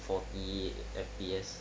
forty M_P_S